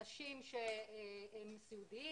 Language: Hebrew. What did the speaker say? אנשים שהם סיעודיים.